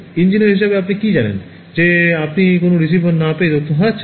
engineer হিসাবে আপনি কী জানেন যে আপনি কোথাও রিসিভার না পেয়ে তথ্য হারাচ্ছেন